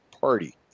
party